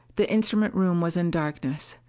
the instrument room was in darkness.